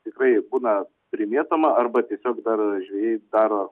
tikrai būna primėtoma arba tiesiog dar žvejai daro